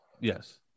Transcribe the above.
Yes